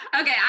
Okay